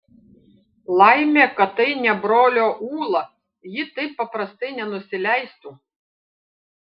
laimė kad tai ne brolio ūla ji taip paprastai nenusileistų